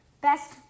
best